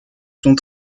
sont